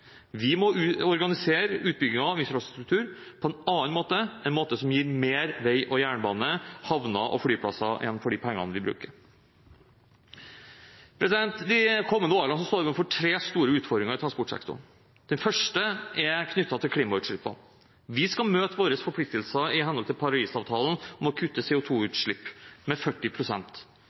Vi må organisere utbyggingen av infrastruktur på en annen måte, en måte som gir mer vei og jernbane, og flere havner og flyplasser igjen for de pengene vi bruker. De kommende årene står vi overfor tre store utfordringer i transportsektoren. Den første er knyttet til klimautslippene. Vi skal møte våre forpliktelser i henhold til Parisavtalen om å kutte CO 2 -utslipp med